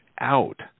out